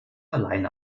allein